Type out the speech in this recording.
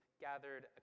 gathered